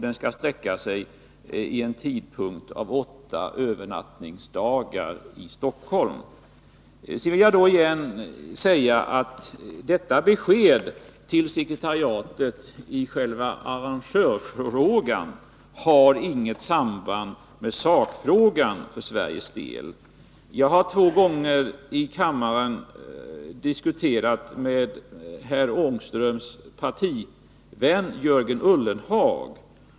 Den skulle komma att omfatta åtta övernattningsdygn i Stockholm. Sedan vill jag säga att detta besked till sekretariatet i arrangörsfrågan inte har något samband med sakfrågan för Sveriges del. Jag har två gånger i kammaren diskuterat denna fråga med herr Ångströms partivän Jörgen Ullenhag.